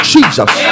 Jesus